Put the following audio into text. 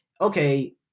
okay